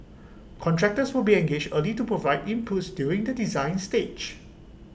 contractors will be engaged early to provide inputs during the design stage